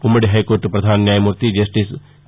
ఉమ్మడి హైకోర్లు ప్రధాన న్యాయమూర్తి జస్టిస్ టీ